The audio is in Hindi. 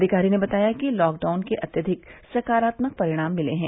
अधिकारी ने बताया कि लॉकडाउन के अत्यधिक सकारात्मक परिणाम मिले हैं